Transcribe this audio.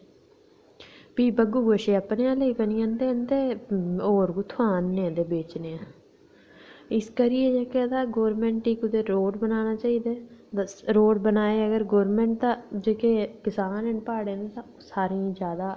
प्ही बग्गू गोशे अपने आह्ले गै बनी जंदे न ते होर कुत्थां आह्नने ते बेचने इस करियै ते गौरमेंट गी कुदै रोड़ बनाना चाहिदा बस रोड़ बनाया अगर गौरमेंट नै ते जेह्के कसान न प्हाड़े दे ते सारें गी जादा